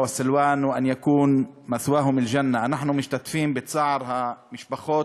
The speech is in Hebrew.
ושתהיה מנוחתם עדן.) אנחנו משתתפים בצער המשפחות.